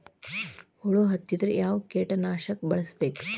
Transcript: ಹುಳು ಹತ್ತಿದ್ರೆ ಯಾವ ಕೇಟನಾಶಕ ಬಳಸಬೇಕ?